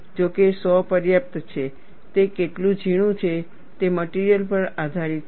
જોકે સો પર્યાપ્ત છે તે કેટલું ઝીણું છે તે મટિરિયલ પર આધારિત છે